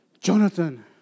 Jonathan